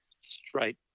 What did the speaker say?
straight